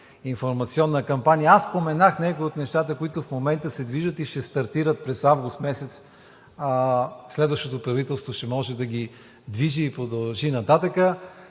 информационна кампания. Аз споменах някои от нещата, които в момента се движат и ще стартират през август месец, следващото правителство ще може да ги движи и продължи нататък,